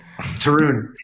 Tarun